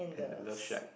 and the love shack